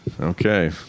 Okay